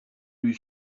eût